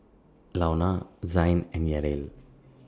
Launa Zayne and Yadiel